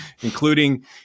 including